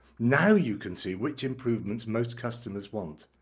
now you can see which improvements most customers want.